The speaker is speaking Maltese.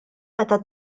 meta